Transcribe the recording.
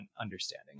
understanding